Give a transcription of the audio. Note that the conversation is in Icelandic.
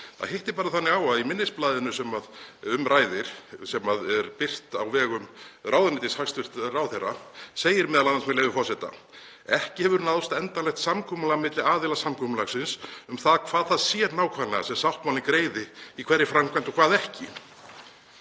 Það hittist bara þannig á að í minnisblaðinu sem um ræðir, sem er birt á vegum ráðuneytis hæstv. ráðherra, segir m.a., með leyfi forseta: „Ekki hefur náðst endanlegt samkomulag milli aðila samkomulagsins um það hvað það sé nákvæmlega sem sáttmálinn greiði í hverri framkvæmd og hvað ekki